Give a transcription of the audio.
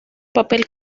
papel